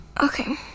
Okay